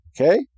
Okay